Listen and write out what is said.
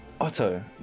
Otto